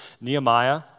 Nehemiah